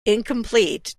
incomplete